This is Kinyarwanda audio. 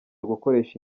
gukoresha